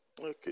Okay